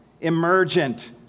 emergent